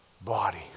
body